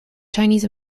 chinese